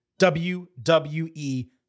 WWE